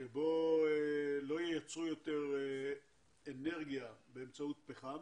שבו לא ייצרו יותר אנרגיה באמצעות פחם